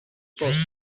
sorcery